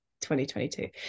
2022